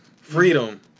Freedom